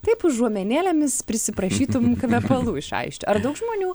taip užuomenėlėmis prisiprašytum kvepalų iš aisčio ar daug žmonių